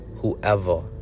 Whoever